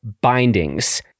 bindings